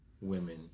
women